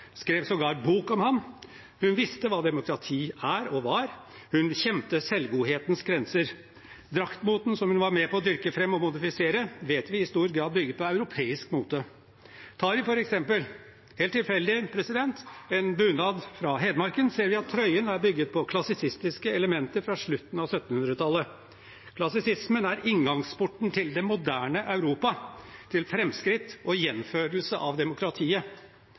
skrev sågar bok om ham, hun visste hva demokrati er – og var – og hun kjente selvgodhetens grenser. Draktmoten som hun var med på å dyrke fram og modifisere, vet vi i stor grad bygget på europeisk mote. Tar vi for eksempel – helt tilfeldig – en bunad fra Hedmarken, ser vi at trøyen er bygget på klassisistiske elementer fra slutten av 1700-tallet. Klassisismen er inngangsporten til det moderne Europa, til framskritt og gjenfødelse av demokratiet.